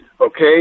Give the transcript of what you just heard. Okay